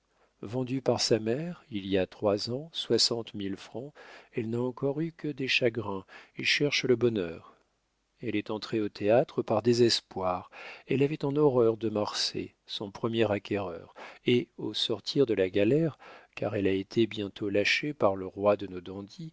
vendue par sa mère il y a trois ans soixante mille francs elle n'a encore eu que des chagrins et cherche le bonheur elle est entrée au théâtre par désespoir elle avait en horreur de marsay son premier acquéreur et au sortir de la galère car elle a été bientôt lâchée par le roi de nos